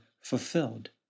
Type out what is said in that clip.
fulfilled